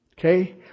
Okay